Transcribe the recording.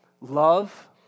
love